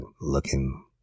looking